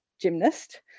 gymnast